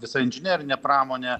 visa inžinerinė pramonė